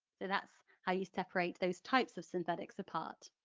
that's how you separate those types of synthetics apart.